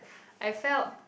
I felt